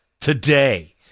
today